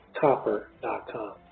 copper.com